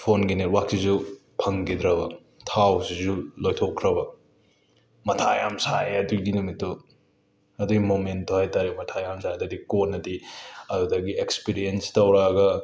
ꯐꯣꯟꯒꯤ ꯅꯦꯠꯋꯥꯛꯁꯤꯁꯨ ꯐꯪꯈꯤꯗ꯭ꯔꯕ ꯊꯥꯎꯁꯤꯁꯨ ꯂꯣꯏꯊꯣꯛꯈ꯭ꯔꯕ ꯃꯊꯥ ꯌꯥꯝ ꯁꯥꯏ ꯑꯗꯨꯒꯤ ꯅꯨꯃꯤꯠꯇꯨ ꯑꯗꯨꯏ ꯃꯣꯃꯦꯟꯠꯇꯣ ꯍꯥꯏꯇꯥꯔꯦ ꯃꯊꯥ ꯌꯥꯝ ꯁꯥꯏ ꯑꯗꯩꯗꯤ ꯀꯣꯟꯅꯗꯤ ꯑꯗꯨꯗꯒꯤ ꯑꯦꯛꯁꯄꯔꯤꯌꯦꯟꯁ ꯇꯧꯔꯑꯒ